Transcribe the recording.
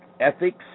ethics